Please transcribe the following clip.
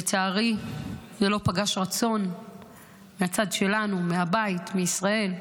לצערי זה לא פגש רצון מהצד שלנו, מהבית, מישראל,